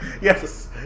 Yes